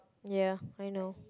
ya I know